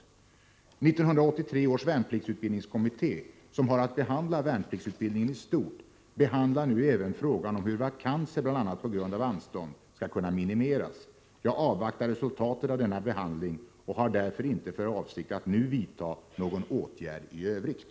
1983 års värnpliktsutbildningskommitté, som har att behandla värnpliktsutbildningen i stort, behandlar nu även frågan om hur vakanser bl.a. på grund av anstånd skall kunna minimeras. Jag avvaktar resultatet av denna behandling och har därför inte för avsikt att nu vidta någon åtgärd i övrigt.